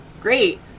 great